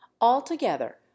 Altogether